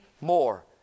more